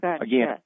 again